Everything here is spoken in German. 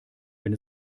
wenn